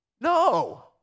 No